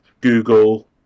Google